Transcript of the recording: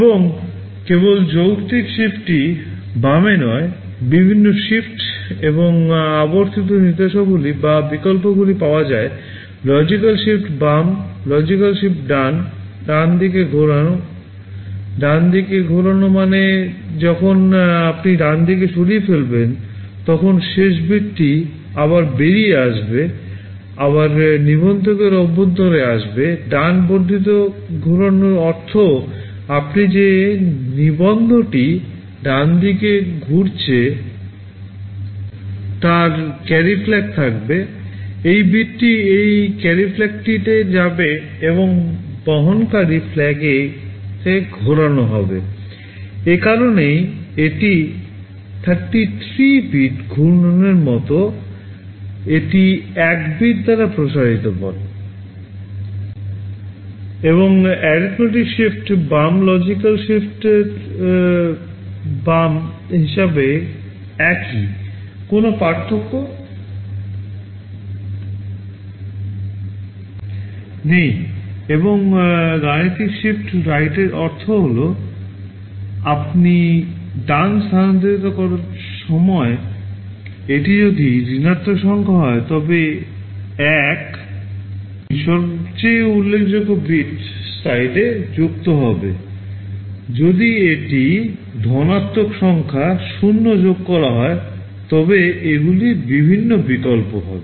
এবং কেবল যৌক্তিক শিফটটি অর্থ হল আপনি ডান স্থানান্তরিত করার সময় এটি যদি ঋণাত্মক সংখ্যা হয় তবে 1 টি সবচেয়ে উল্লেখযোগ্য বিট সাইডে যুক্ত হবে যদি এটি ধনাত্মক সংখ্যা 0 যোগ করা হবে তবে এগুলি বিভিন্ন বিকল্প হবে